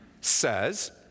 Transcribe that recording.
says